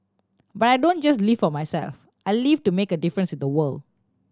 but I don't just live for myself I live to make a difference in the world